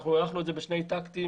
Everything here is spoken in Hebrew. ואנחנו הארכנו את זה בשני טקטים,